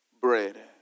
bread